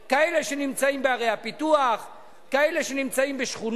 הוא כותב ש"המחאה השוטפת היום את רחובות ישראל ואת